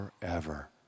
forever